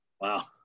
Wow